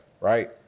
right